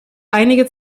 einige